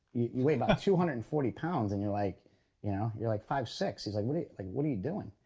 you weigh about two hundred and forty pounds and you're like you know you're like five six. he's like, what like what are you doing?